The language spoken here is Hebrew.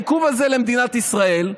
העיכוב הזה למדינת ישראל,